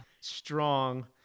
strong